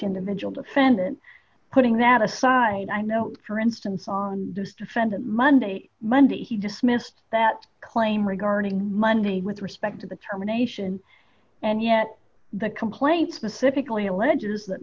individual defendant putting that aside i know for instance on this defendant monday monday he dismissed that claim regarding monday with respect to the terminations and yet the complaint specifically alleges that